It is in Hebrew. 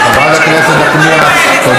חברת הכנסת נחמיאס, תודה.